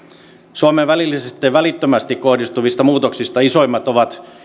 suomeen välillisesti tai välittömästi kohdistuvista muutoksista isoimpia on